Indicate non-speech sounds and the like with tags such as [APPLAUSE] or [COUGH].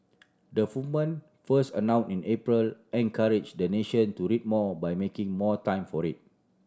the movement first [UNINTELLIGIBLE] in April encourage the nation to read more by making more time for it